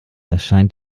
erscheint